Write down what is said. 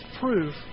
proof